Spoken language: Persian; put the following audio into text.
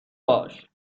باش